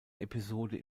episode